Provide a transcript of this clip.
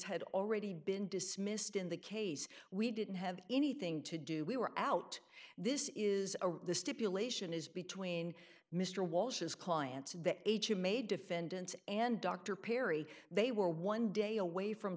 had already been dismissed in the case we didn't have anything to do we were out this is the stipulation is between mr walsh's client that him a defendant and dr perry they were one day away from